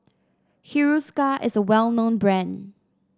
Hiruscar is a well known brand